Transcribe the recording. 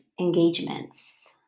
engagements